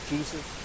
Jesus